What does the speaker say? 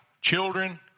children